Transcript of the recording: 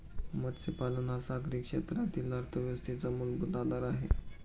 मत्स्यपालन हा सागरी क्षेत्रातील अर्थव्यवस्थेचा मूलभूत आधार आहे